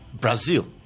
Brazil